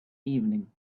evening